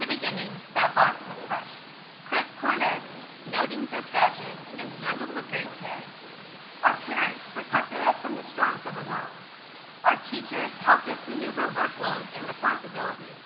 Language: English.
the beginning that box was fresh crisp corners no dings or scratches and handled with great care our parents protected us from the storm to the world our teachers helped us maneuver workloads and responsibilities